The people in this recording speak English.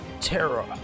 terror